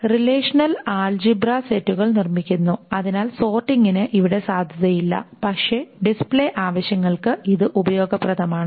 relational algebra സെറ്റുകൾ നിർമ്മിക്കുന്നു അതിനാൽ സോർട്ടിംഗിന് ഇവിടെ സാധുതയില്ല പക്ഷേ ഡിസ്പ്ലേ ആവശ്യങ്ങൾക്ക് ഇത് ഉപയോഗപ്രദമാണ്